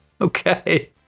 Okay